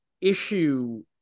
issue